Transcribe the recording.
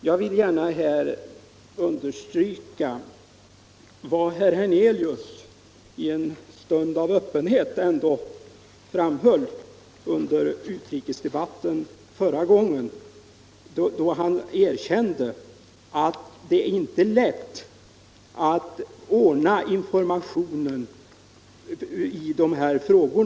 Jag vill gärna understryka vad herr Hernelius i en stund av öppenhet ändå framhöll i utrikesdebatten, då han erkände att det inte är lätt att ordna informationen i dessa frågor.